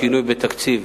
שינוי בתקציב,